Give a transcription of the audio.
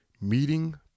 meeting